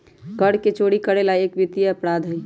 कर के चोरी करे ला एक वित्तीय अपराध हई